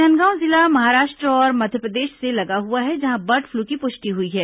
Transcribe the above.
राजनादगांव जिला महाराष्ट्र और मध्यप्रदेश से लगा हुआ है जहां बर्ड फ्लू की पुष्टि हुई है